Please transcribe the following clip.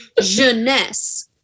jeunesse